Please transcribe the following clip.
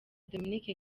dominic